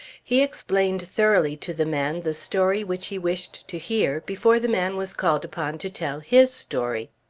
he explained thoroughly to the man the story which he wished to hear before the man was called upon to tell his story.